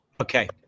Okay